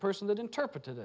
person that interpreted